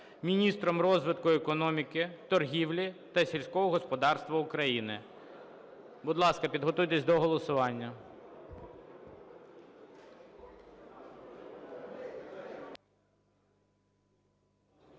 міністром розвитку економіки, торгівлі та сільського господарства України. Будь ласка, підготуйтесь до голосування.